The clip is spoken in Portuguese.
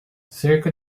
cerca